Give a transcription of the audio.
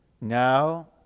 Now